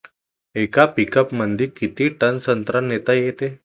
येका पिकअपमंदी किती टन संत्रा नेता येते?